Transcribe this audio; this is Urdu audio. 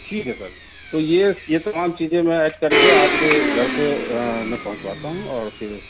ٹھیک ہے سر تو یہ یہ تمام چیزیں میں ایڈ کر کے آپ کے گھر پہ میں پہنچواتا ہوں اور پھر